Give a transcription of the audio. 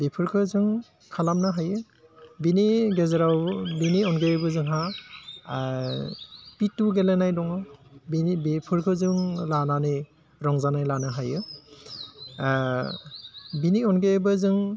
बेफोरखो जों खालामनो हायो बिनि गेजेराव बिनि अनगायैबो जोंहा फिथु गेलेनाय दङ बिनि बेफोरखौ जों लानानै रंजानाय लानो हायो बिनि अनगायैबो जों